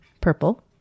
purple